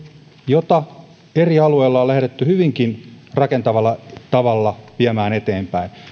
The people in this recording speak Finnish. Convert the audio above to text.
jota eri alueilla on lähdetty hyvinkin rakentavalla tavalla viemään eteenpäin